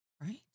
right